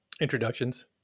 Introductions